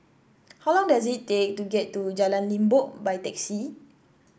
how long does it take to get to Jalan Limbok by taxi